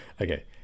Okay